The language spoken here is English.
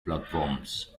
platforms